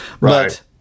right